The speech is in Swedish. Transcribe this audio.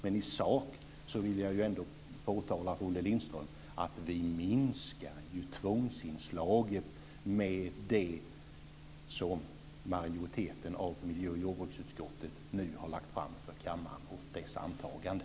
Men i sak vill jag ändå påtala för Olle Lindström att vi ju minskar tvångsinslaget med det förslag som majoriteten i miljö och jordbruksutskottet nu har lagt fram för kammarens antagande.